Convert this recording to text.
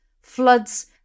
floods